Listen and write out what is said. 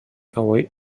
away